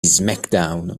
smackdown